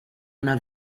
una